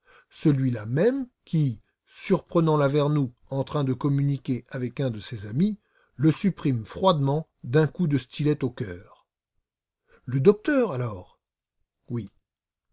celui-là même qui surprenant lavernoux en train de communiquer avec un de ses amis le supprime froidement d'un coup de stylet au cœur le docteur alors oui